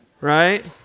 right